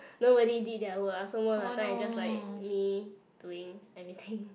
nobody did their work ah so most of the time it's just like me doing everything